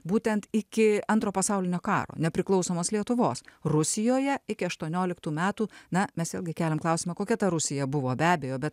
būtent iki antro pasaulinio karo nepriklausomos lietuvos rusijoje iki aštuonioliktų metų na mes vėlgi keliam klausimą kokia ta rusija buvo be abejo bet